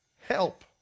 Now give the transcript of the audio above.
help